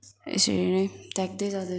यसरी नै त्याग्दै जाँदैछ